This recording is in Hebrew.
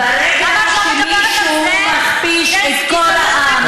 ברגע שמישהו מכפיש את כל העם,